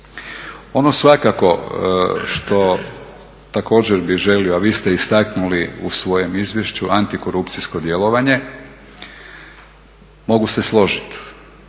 Ono svakako što također bih želio a vi ste istaknuli u svome izvješću antikorupcijsko djelovanje, mogu se složiti.